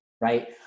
right